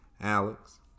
Alex